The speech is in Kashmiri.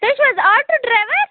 تُہۍ چھِو حظ آٹو ڈرٛیوَر